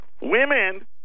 Women